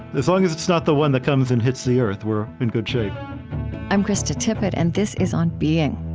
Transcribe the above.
as long as it's not the one that comes and hits the earth, we're in good shape i'm krista tippett, and this is on being.